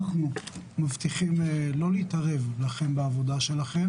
אנחנו מבטיחים לא להתערב בעבודתכם.